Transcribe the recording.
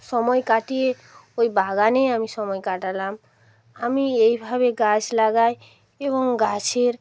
সময় কাটিয়ে ওই বাগানে আমি সময় কাটালাম আমি এইভাবে গাছ লাগাই এবং গাছের